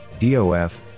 DOF